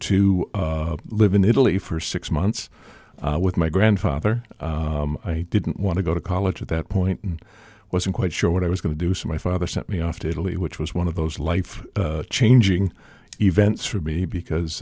to live in italy for six months with my grandfather i didn't want to go to college at that point and wasn't quite sure what i was going to do so my father sent me off to italy which was one of those life changing events for me because